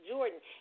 Jordan